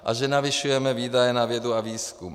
A že navyšujeme výdaje na vědu a výzkum.